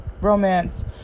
Romance